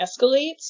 escalates